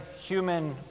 human